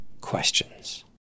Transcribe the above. questions